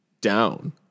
down